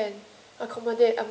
three rooms can